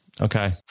Okay